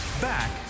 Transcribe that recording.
Back